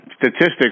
statistics